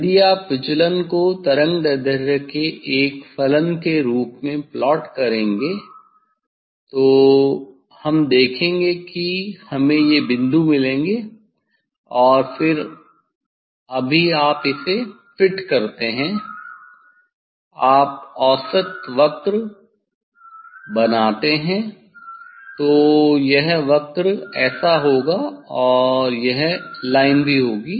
यदि आप विचलन को तरंगदैर्ध्य के एक फलन के रूप में प्लॉट करेंगे तो हम देखेंगे की हमें ये बिंदु मिलेंगे और फिर अभी आप इसे फिट करते हैं आप औसत वक्र बनाते हैं तो यह वक्र ऐसा होगा और यह लाइन भी होगी